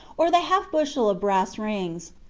or the half-bushel of brass rings,